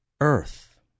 earth